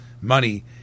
money